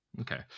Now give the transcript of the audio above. Okay